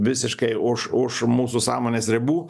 visiškai už už mūsų sąmonės ribų